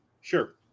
Sure